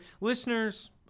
listeners